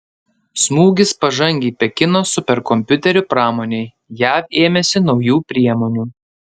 smūgis pažangiai pekino superkompiuterių pramonei jav ėmėsi naujų priemonių